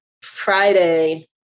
Friday